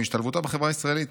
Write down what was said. מהשתלבותה בחברה הישראלית.